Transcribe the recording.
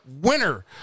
winner